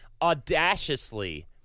audaciously